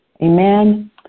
Amen